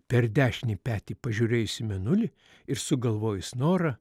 per dešinį petį pažiūrėjus į mėnulį ir sugalvojus norą